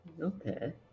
Okay